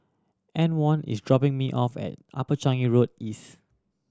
Antwon is dropping me off at Upper Changi Road East